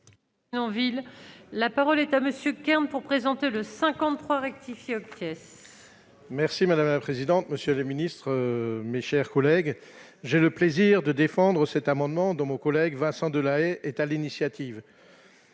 la parole est à monsieur Kern, pour présenter le 53 rue. Six fiottes. Merci madame la présidente, monsieur le ministre, mes chers collègues, j'ai le plaisir de défendre cet amendement de mon collègue Vincent Delahaye est à l'initiative,